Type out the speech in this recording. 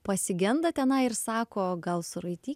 pasigenda tenai ir sako gal suraitykim